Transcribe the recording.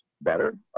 better